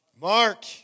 Mark